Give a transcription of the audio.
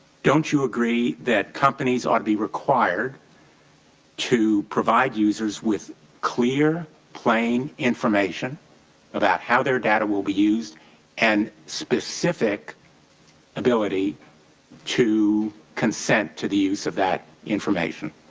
don't you a degree that companies ought be required to provide users with clear plain information about how their data will be used and specific ability to consent to the use of that information.